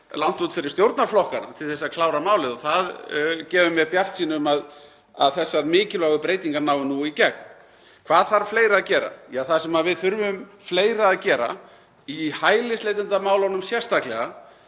langt út fyrir stjórnarflokkana til að klára málið og það gefur mér bjartsýni um að þessar mikilvægu breytingar nái nú í gegn. Hvað þarf fleira að gera? Það sem við þurfum fleira að gera í hælisleitendamálunum sérstaklega